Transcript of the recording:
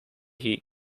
heat